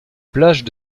plages